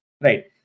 right